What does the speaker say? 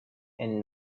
and